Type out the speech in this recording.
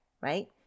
right